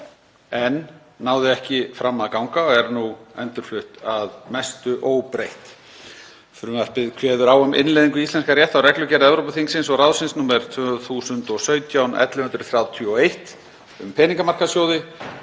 en náði ekki fram að ganga og er nú endurflutt að mestu óbreytt. Frumvarpið kveður á um innleiðingu í íslenskan rétt á reglugerð Evrópuþingsins og ráðsins 2017/1131, um peningamarkaðssjóði,